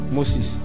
Moses